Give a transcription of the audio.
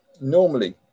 normally